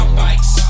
bikes